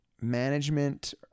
management